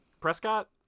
Prescott